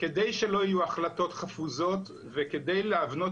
כדי שלא יהיו החלטות חפוזות וכדי להבנות